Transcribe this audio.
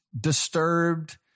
disturbed